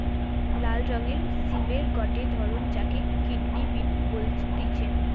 লাল রঙের সিমের গটে ধরণ যাকে কিডনি বিন বলতিছে